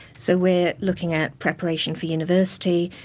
so, we're looking at preparation for university,